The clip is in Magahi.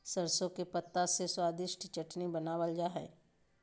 सरसों के पत्ता से स्वादिष्ट चटनी बनावल जा हइ